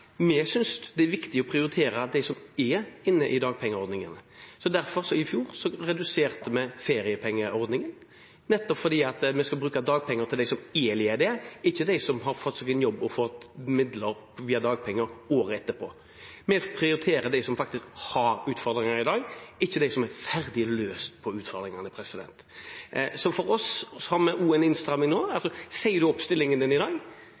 vi synes det er viktig å prioritere dem som er inne i dagpengeordningen. I fjor reduserte vi derfor feriepengeordningen, nettopp fordi vi skal bruke dagpenger til dem som er ledige, ikke til dem som har fått seg en jobb og fått midler via dagpenger året etterpå. Vi prioriterer dem som har utfordringer i dag, ikke dem med utfordringer som er ferdig løst. For oss er det slik at vi også har en innstramming nå: Sier en opp stillingen sin i dag,